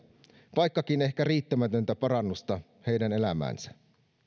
vaikkakin ehkä riittämätöntä parannusta heidän elämäänsä